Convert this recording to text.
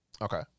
Okay